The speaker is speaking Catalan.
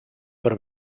per